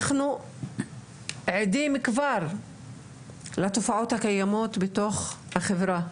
אנחנו עדים כבר לתופעות הקיימות בתוך החברה,